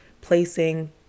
placing